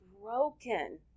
broken